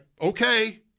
Okay